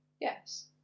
Yes